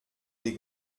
des